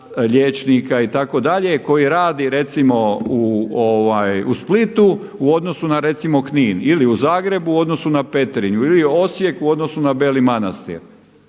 liječnika itd. koji radi recimo u Splitu u odnosu na recimo Knin, ili u Zagrebu u odnosu na Petrinju ili u Osijeku u odnosu na Beli Manastir.